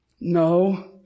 No